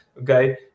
okay